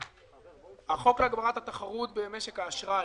החוק להגברת התחרות במשק האשראי,